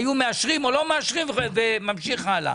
היו מאשרים או לא מאשרים וממשיכים הלאה.